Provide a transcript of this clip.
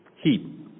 Heat